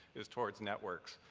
is towards networks.